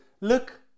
look